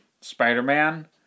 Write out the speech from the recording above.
Spider-Man